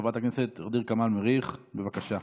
חברת הכנסת ע'דיר כמאל מריח, בבקשה.